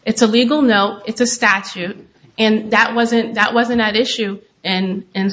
it's a legal now it's a statute and that wasn't that wasn't at issue and